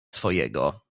swojego